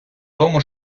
тому